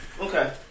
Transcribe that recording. okay